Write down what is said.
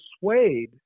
persuade